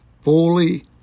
fully